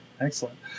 Excellent